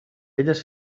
elles